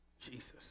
Jesus